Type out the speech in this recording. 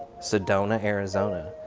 sedona, arizona,